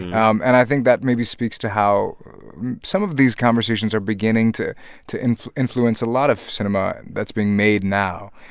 um and i think that maybe speaks to how some of these conversations are beginning to to and influence a lot of cinema and that's being made now.